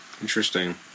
Interesting